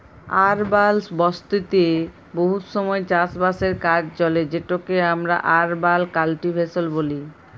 আরবাল বসতিতে বহুত সময় চাষ বাসের কাজ চলে যেটকে আমরা আরবাল কাল্টিভেশল ব্যলি